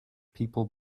people